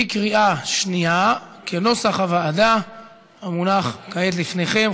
בקריאה שנייה, כנוסח הוועדה המונח כעת לפניכם.